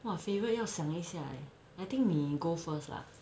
!wah! favourite 要想一想 eh I think 你 go first lah